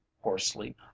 hoarsely